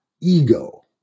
ego